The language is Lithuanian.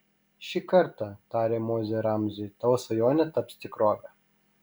šį kartą tarė mozė ramziui tavo svajonė taps tikrove